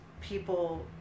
people